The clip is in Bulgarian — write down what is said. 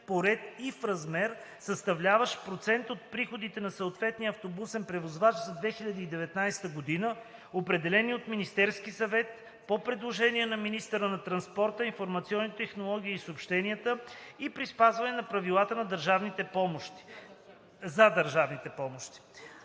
по ред и в размер, съставляващ процент от приходите на съответния автобусен превозвач за 2019 г., определени от Министерския съвет по предложение на министъра на транспорта, информационните технологии и съобщенията и при спазване на правилата за държавните помощи“.“